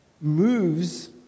moves